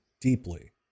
deeply